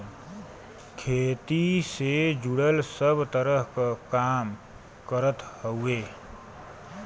खेती से जुड़ल सब तरह क काम करत हउवे